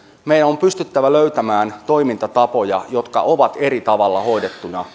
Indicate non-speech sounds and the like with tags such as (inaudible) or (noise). meidän on pystyttävä löytämään toimintatapoja jotka ovat eri tavalla hoidettuja (unintelligible)